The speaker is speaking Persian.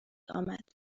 آمد